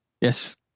Yes